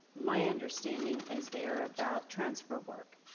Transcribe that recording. my understanding is they're about transfer work,